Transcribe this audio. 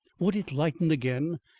would it lighten again?